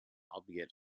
albeit